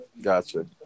Gotcha